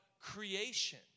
creation